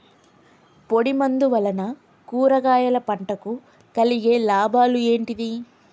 పొడిమందు వలన కూరగాయల పంటకు కలిగే లాభాలు ఏంటిది?